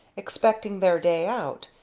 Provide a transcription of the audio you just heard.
excepting their day out.